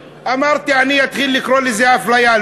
אמרתי: אני אתחיל לקרוא לזה אפליה,